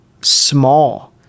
small